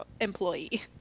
employee